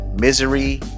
misery